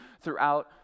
throughout